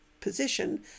position